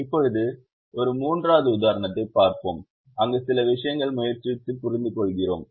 இப்போது ஒரு 3 வது உதாரணத்தைப் பார்ப்போம் அங்கு சில விஷயங்களை முயற்சித்துப் புரிந்துகொள்கிறோம்